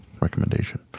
recommendation